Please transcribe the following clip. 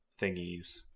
thingies